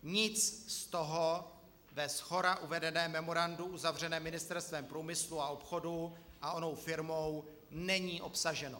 Nic z toho ve shora uvedeném memorandu uzavřeném Ministerstvem průmyslu a obchodu a onou firmou není obsaženo.